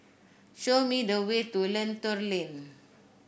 show me the way to Lentor Lane